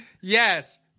Yes